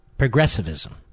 Progressivism